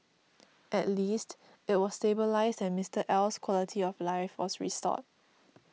at least it was stabilised and Mister L's quality of life was restored